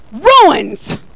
ruins